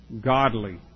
godly